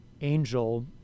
angel